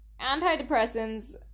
antidepressants